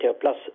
plus